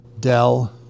Dell